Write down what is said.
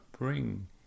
bring